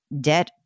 debt